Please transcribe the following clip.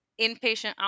inpatient